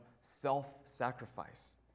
self-sacrifice